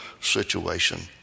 situation